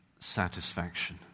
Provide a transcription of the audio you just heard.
satisfaction